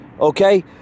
okay